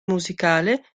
musicale